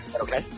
Okay